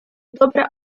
dobra